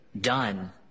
done